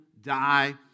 die